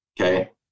Okay